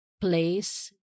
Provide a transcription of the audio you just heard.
place